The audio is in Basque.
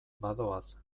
badoaz